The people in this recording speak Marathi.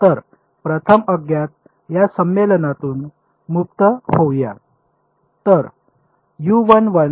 तर प्रथम अज्ञात या संमेलनातून मुक्त होऊया